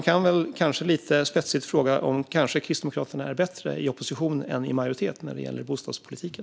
Man kan lite spetsigt fråga om Kristdemokraterna kanske är bättre i opposition än i majoritet när det gäller bostadspolitiken.